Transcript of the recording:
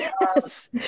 Yes